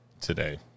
today